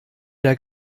der